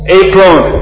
apron